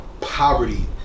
poverty